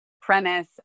premise